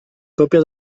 còpia